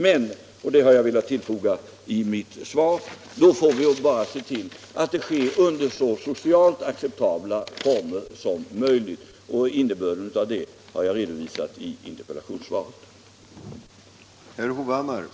Men -— och det har jag velat bifoga i mitt svar — då måste vi se till att det sker under så socialt acceptabla former som möjligt, och innebörden av det har jag redovisat i interpellationssvaret.